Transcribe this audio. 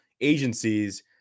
agencies